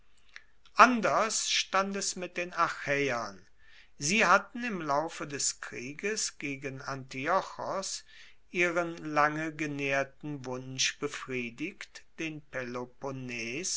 anders stand es mit den achaeern sie hatten im laufe des krieges gegen antiochos ihren lange genaehrten wunsch befriedigt den peloponnes